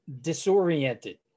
Disoriented